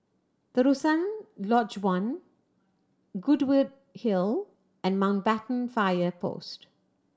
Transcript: Terusan Lodge One Goodwood Hill and Mountbatten Fire Post